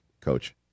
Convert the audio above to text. Coach